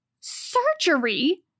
Surgery